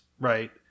right